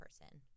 person